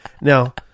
Now